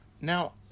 Now